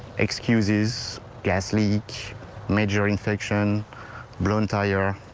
excuses gasly each major infection blown tire.